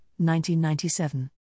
1997